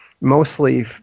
mostly